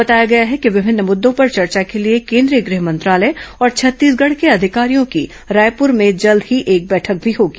बताया गया है कि विभिन्न मुद्दों पर चर्चा के लिए केंद्रीय गह मंत्रालय और छत्तीसगढ़ के अधिकारियों की रायपुर में जल्द ही एक बैठक भी होगी